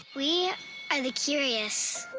we are the curious